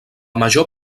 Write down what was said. major